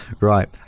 Right